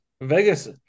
Vegas